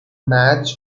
match